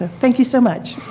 ah thank you so much.